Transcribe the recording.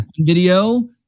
Video